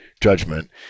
judgment